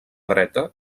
dreta